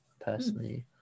personally